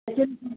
लेकिन